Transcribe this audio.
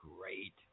great